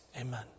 Amen